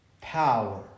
power